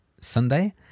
Sunday